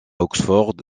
oxford